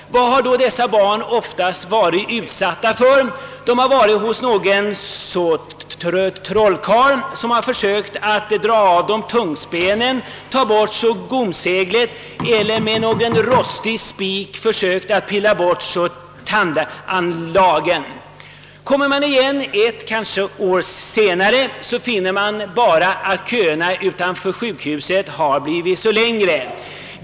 Vad har då dessa barn varit utsatta för? Oftast har de varit hos någon trollkarl som försökt att dra av dem tungspenen, ta bort gomseglet eller att med någon rostig spik pillra bort tandanlagen. Kommer man igen ett år senare finner man bara att köerna utanför sjukhuset blivit längre.